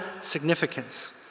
significance